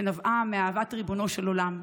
שנבעה מאהבת ריבונו של עולם.